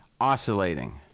oscillating